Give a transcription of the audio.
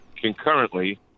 concurrently